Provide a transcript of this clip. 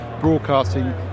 broadcasting